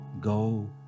go